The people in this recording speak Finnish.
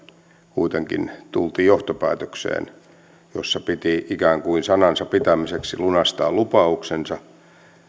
kuitenkin tultiin johtopäätökseen että piti ikään kuin sanansa pitämiseksi lunastaa lupauksensa